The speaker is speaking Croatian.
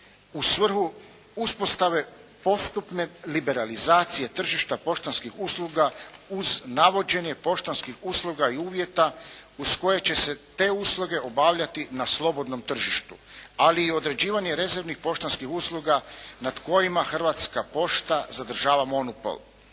u svrhu uspostave postupne liberalizacije tržišta poštanskih usluga uz navođenje poštanskih usluga i uvjeta uz koje će se te usluge obavljati na slobodnom tržištu, ali i određivanje rezervnih poštanskih usluga nad kojima Hrvatska pošta zadržava monopol.